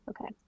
okay